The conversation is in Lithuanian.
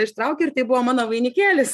ištraukė ir tai buvo mano vainikėlis